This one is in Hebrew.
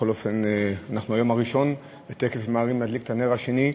בכל אופן אנחנו ביום הראשון ותכף ממהרים להדליק את הנר השני.